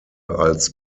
als